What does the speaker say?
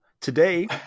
today